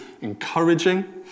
encouraging